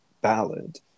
ballad